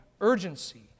urgency